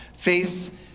Faith